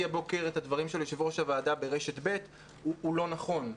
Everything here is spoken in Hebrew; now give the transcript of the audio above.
הבוקר את הדברים של יושב-ראש הוועדה ברשת ב' הוא לא נכון.